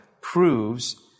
proves